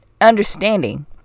understanding